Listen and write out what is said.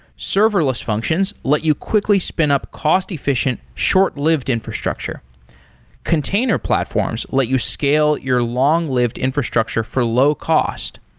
serverless functions let you quickly spin up cost-efficient, short-lived infrastructure container platforms let you scale your long-lived infrastructure for low cost.